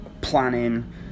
planning